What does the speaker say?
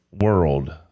world